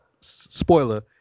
spoiler